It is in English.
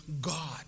God